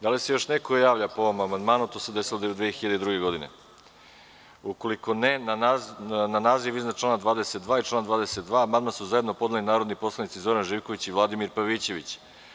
Da li se još neko javlja po ovom amandmanu? (Ne.) Na naziv iznad člana 22. i član 22. amandman su zajedno podneli narodni poslanici Zoran Živković i Vladimir Pavićević.